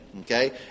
okay